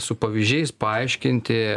su pavyzdžiais paaiškinti